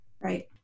Right